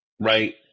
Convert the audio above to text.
right